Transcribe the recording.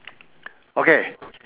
okay